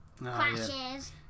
crashes